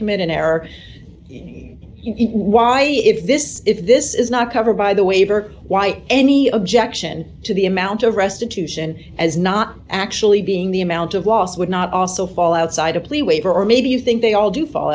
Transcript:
commit an error why if this if this is not covered by the waiver why any objection to the amount of restitution as not actually being the amount of loss would not also fall outside a plea waiver or maybe you think they all do fall